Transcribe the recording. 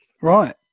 Right